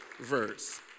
verse